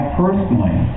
personally